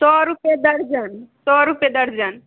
सए रूपैये दर्जन सए रूपैये दर्जन